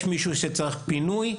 אם יש מישהו שצריך פינוי,